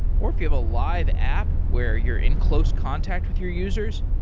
or if you have a live app where you're in close contact with your users,